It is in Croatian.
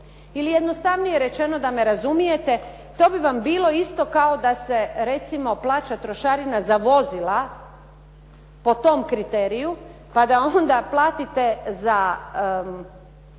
Ili jednostavnije rečeno da me razumijete to bi vam bilo isto kao da se recimo plaća trošarina za vozila po tom kriteriju pa da onda platite za